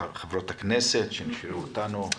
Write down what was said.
תודה לחברות הכנסת שנשארו איתנו,